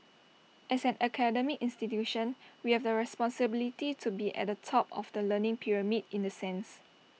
as an academic institution we have the responsibility to be at the top of the learning pyramid in the sense